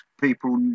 people